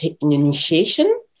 initiation